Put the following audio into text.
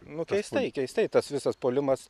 nu keistai keistai tas visas puolimas